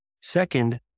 Second